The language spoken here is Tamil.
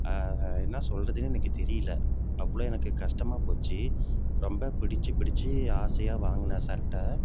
என்ன சொல்கிறதுனே எனக்கு தெரியல அவ்வளோ எனக்கு கஷ்டமா போச்சு ரொம்ப பிடித்து பிடித்து ஆசையாக வாங்கின சட்டை